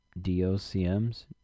Docms